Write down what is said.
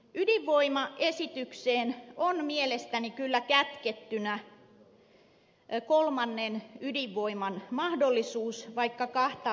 ydinvoimaesitykseen on mielestäni kyllä kätkettynä kolmannen ydinvoiman mahdollisuus vaikka kahta lupaa nyt käsittelemme